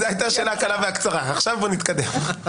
בואו נתקדם.